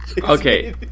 Okay